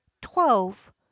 twelve